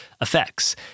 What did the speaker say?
effects